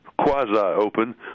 quasi-open